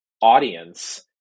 audience